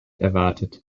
erwartet